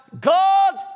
God